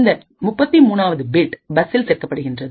இந்த 33வது பிட்பஸ்ஸில் சேர்க்கப்படுகின்றது